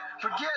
Forget